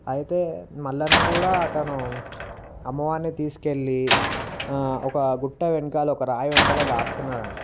అయితే మల్లన్న కూడా అతను అమ్మవారిని తీసుకెళ్ళి ఒక గుట్ట వెనుక ఒక రాయి వెనుక దాచుకున్నాడంట